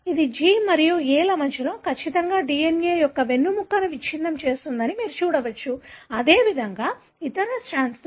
ఇది G మరియు A ల మధ్య ఖచ్చితంగా DNA యొక్క వెన్నెముకను విచ్ఛిన్నం చేస్తుందని మీరు చూడవచ్చు అదేవిధంగా ఇతర స్ట్రాండ్లో